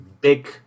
big